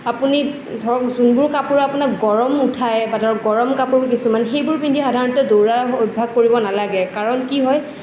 আপুনি ধৰক যোনবোৰ কাপোৰে আপোনাক গৰম নুঠায় বা ধৰক গৰম বস্তু কিছুমান সেইবোৰ পিন্ধি সাধাৰণতে দৌৰাৰ অভ্যাস কৰিব নালাগে কাৰণ কি হয়